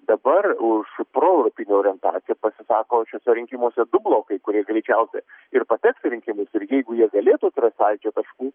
dabar už proeuropinę orientaciją pasisako šiuose rinkimuose du blokai kurie greičiausiai ir pateks į rinkimus ir jeigu jie galėtų atrast sąlyčio taškų